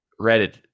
Reddit